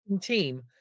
team